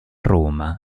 roma